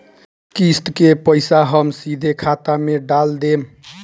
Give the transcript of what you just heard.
किस्त के पईसा हम सीधे खाता में डाल देम?